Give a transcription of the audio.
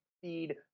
feed